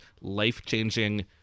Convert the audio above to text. life-changing